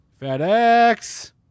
FedEx